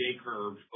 J-curve